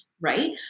right